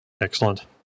Excellent